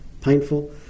painful